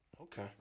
Okay